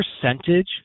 percentage